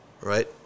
right